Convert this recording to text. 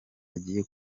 agiye